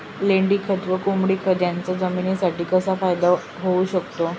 लेंडीखत व कोंबडीखत याचा जमिनीसाठी कसा फायदा होऊ शकतो?